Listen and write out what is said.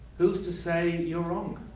who's to say you're wrong.